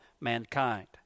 mankind